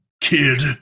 kid